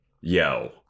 yo